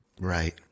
Right